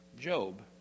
Job